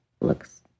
looks